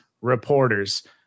reporters